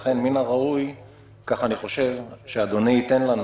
לכן, מן הראוי שאדוני ייתן לנו